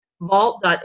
vault